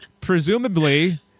Presumably